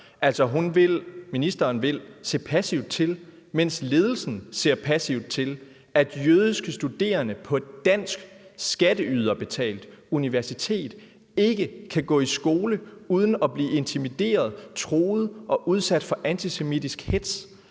ministeren vil se passivt til, mens ledelsen ser passivt til, at jødiske studerende på et dansk skatteyderbetalt universitet ikke kan gå i skole uden at blive intimideret, truet og udsat for antisemitisk hetz.